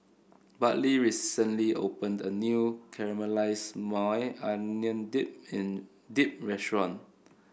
Bartley recently opened a new Caramelized Maui Onion Dip and Dip restaurant